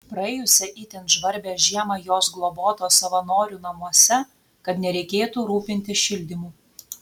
praėjusią itin žvarbią žiemą jos globotos savanorių namuose kad nereikėtų rūpintis šildymu